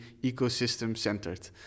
ecosystem-centered